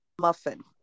muffin